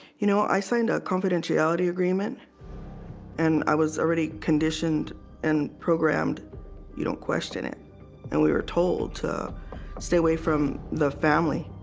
you know, i signed a confidentiality agreement and i was already conditioned and programmed you don't question it and we were told to stay away from the family.